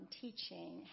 teaching